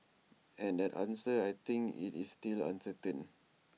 and that answer I think is still uncertain